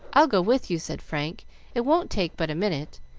i'll go with you, said frank it won't take but a minute,